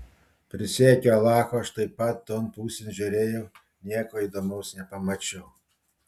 prisiekiu alachu aš taip pat ton pusėn žiūrėjau nieko įdomaus nepamačiau